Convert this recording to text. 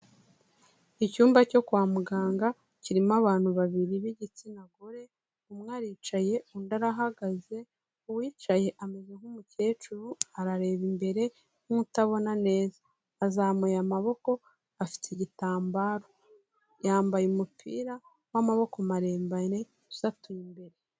Icyumba cyo kwa muganga, kirimo abantu babiri b'igitsina gore, umwe aricaye undi arahagaze, uwicaye ameze nk'umukecuru arareba imbere nk'utabona neza, azamuye amaboko, afite igitambaro, yambaye umupira w'amaboko maremare usatuye imbere.